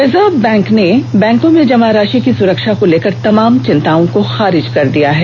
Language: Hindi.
रिजर्व बैंक ने बैंकों में जमा राशि की सुरक्षा को लेकर तमाम चिंताओं को खारिज कर दिया है